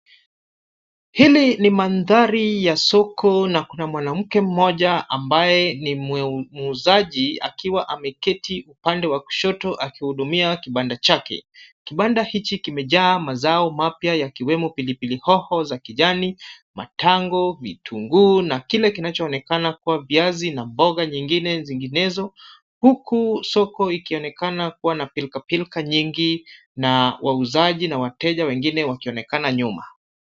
Hili ni mandhari ya soko na kuna mwanamke mmoja ambaye ni muuzaji akiwa ameketi upande wa kushoto akihudumia kibanda chake. Kibanda hichi kimejaa mazao mapya yakiwemo pilipili hoho za kijani, matango, vitunguu na kile kinachoonekana kuwa viazi na mboga nyingine zinginezo. Huku soko ikionekana kuwa na pilikapilika nyingi na wauzaji na wateja wengine wakionekana nyuma.